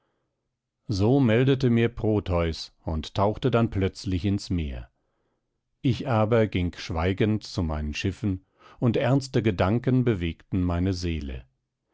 so meldete mir proteus und tauchte dann plötzlich ins meer ich aber ging schweigend zu meinen schiffen und ernste gedanken bewegten meine seele